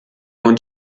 und